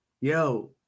Yo